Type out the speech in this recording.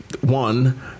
one